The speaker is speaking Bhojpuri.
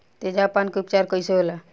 तेजाब पान के उपचार कईसे होला?